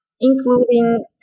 including